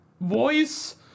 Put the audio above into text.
voice